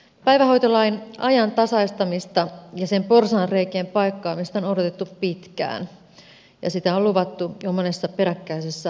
päivähoitolain ajantasaistamista ja sen porsaanreikien paikkaamista on odotettu pitkään ja sitä on luvattu jo monessa peräkkäisessä hallitusohjelmassa